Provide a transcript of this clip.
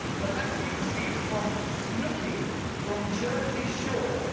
but letter you received from snooki from jersey shore.